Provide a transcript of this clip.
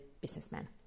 businessmen